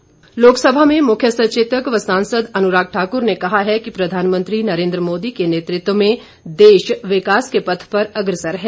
अनुराग लोकसभा में मुख्य सचेतक व सांसद अनुराग ठाकुर ने कहा है कि प्रधानमंत्री नरेंद्र मोदी के नेतृत्व में देश विकास के पथ पर अग्रसर है